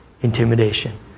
intimidation